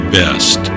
best